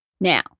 Now